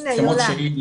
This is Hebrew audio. הנה, היא עולה.